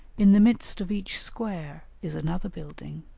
in the midst of each square is another building,